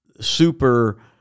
super